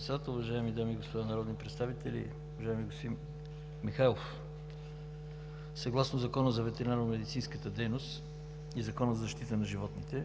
Председател. Уважаеми дами и господа народни представители, уважаеми господин Михайлов! Съгласно Закона за ветеринарномедицинската дейност и Закона за защита на животните